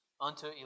unto